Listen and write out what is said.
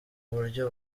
buryo